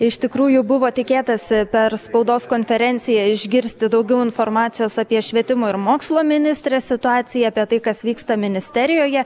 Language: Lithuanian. iš tikrųjų buvo tikėtasi per spaudos konferenciją išgirsti daugiau informacijos apie švietimo ir mokslo ministrės situaciją apie tai kas vyksta ministerijoje